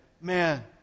Man